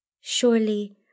Surely